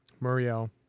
Muriel